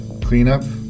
cleanup